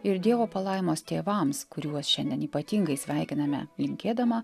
ir dievo palaimos tėvams kuriuos šiandien ypatingai sveikiname linkėdama